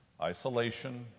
isolation